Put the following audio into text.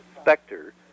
specter